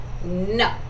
No